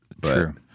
True